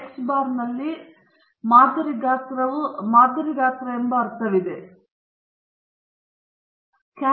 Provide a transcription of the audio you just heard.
standard ಸಾಮಾನ್ಯ ವಿತರಣೆಯ 2 ಪ್ರತಿಶತದಷ್ಟು ಮೇಲಿನ 100 ಆಲ್ಫಾ ಎಂದು ನಾವು z ಆಲ್ಫಾವನ್ನು 2 ರಿಂದ ವ್ಯಾಖ್ಯಾನಿಸಬಹುದು